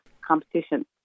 Competition